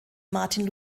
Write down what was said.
martin